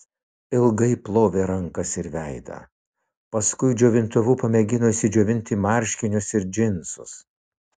ilgai plovė rankas ir veidą paskui džiovintuvu pamėgino išsidžiovinti marškinius ir džinsus